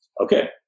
okay